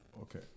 Okay